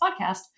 podcast